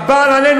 הבעל עלינו.